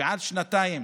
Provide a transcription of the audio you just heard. שעד שנתיים